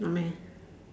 not mah